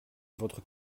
votre